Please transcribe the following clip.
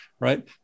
right